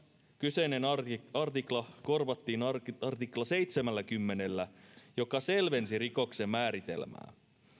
kyseinen artikla artikla korvattiin artikla artikla seitsemälläkymmenellä joka selvensi rikoksen määritelmää